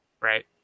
right